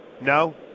No